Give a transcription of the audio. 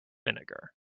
vinegar